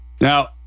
Now